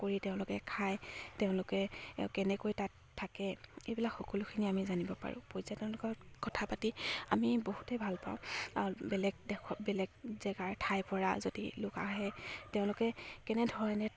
কৰি তেওঁলোকে খায় তেওঁলোকে কেনেকৈ তাত থাকে এইবিলাক সকলোখিনি আমি জানিব পাৰোঁ পৰ্যায় তেওঁলোকৰ কথা পাতি আমি বহুতেই ভাল পাওঁ বেলেগ দেশ বেলেগ জেগাৰ ঠাই পৰা যদি লোক আহে তেওঁলোকে কেনেধৰণে